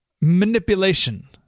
manipulation